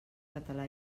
català